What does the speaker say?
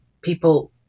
people